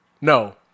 No